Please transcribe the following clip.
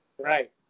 Right